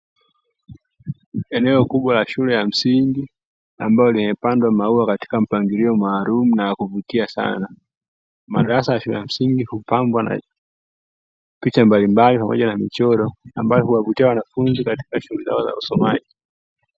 Eneo kubwa la shule ya msingi ambalo limepandwa maua katika mpangilio maalumu na wa kuvutia sana. Madarasa ya shule ya msingi hupambwa na picha mbalimbali pamoja na michoro ambayo huwavutia wanafunzi katika shughuli zao za usomaji.